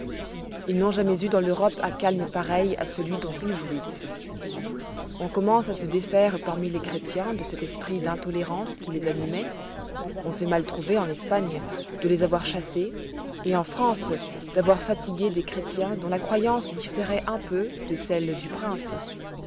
ils n'ont jamais eu dans l'europe un calme pareil à celui dont ils jouissent on commence à se défaire parmi les chrétiens de cet esprit d'intolérance qui les animoit on s'est mal trouvé en espagne de les avoir chassés et en france d'avoir fatigué des chrétiens dont la croyance différoit un peu de celle du prince